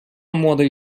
młodej